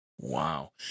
Wow